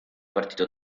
partito